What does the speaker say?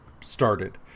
started